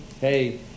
Hey